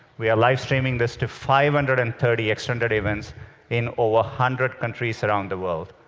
we are live streaming this to five hundred and thirty external events in over a hundred countries around the world,